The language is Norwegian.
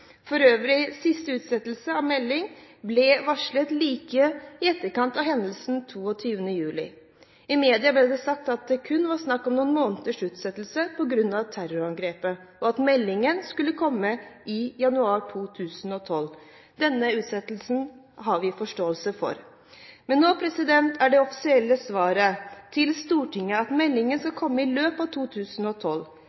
siste utsettelse av meldingen ble varslet like i etterkant av hendelsene 22. juli. I media ble det sagt at det kun var snakk om noen måneders utsettelse på grunn av terrorangrepet, og at meldingen skulle komme i januar 2012. Denne utsettelsen har vi forståelse for. Men nå er det offisielle svaret til Stortinget at meldingen skal